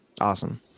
Awesome